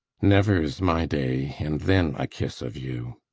never's my day, and then a kiss of you.